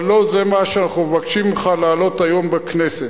אבל לא זה מה שאנחנו מבקשים ממך להעלות היום בכנסת.